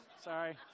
sorry